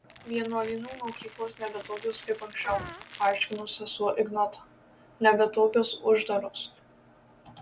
vienuolynų mokyklos nebe tokios kaip anksčiau paaiškino sesuo ignotą nebe tokios uždaros